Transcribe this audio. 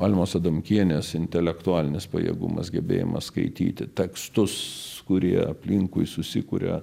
almos adamkienės intelektualinis pajėgumas gebėjimas skaityti tekstus kurie aplinkui susikuria